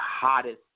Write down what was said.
hottest